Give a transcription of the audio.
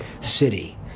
city